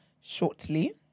shortly